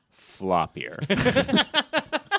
floppier